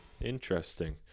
Interesting